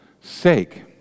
sake